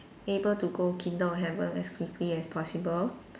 able to go kingdom of heaven as quickly as possible